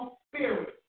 spirit